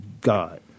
God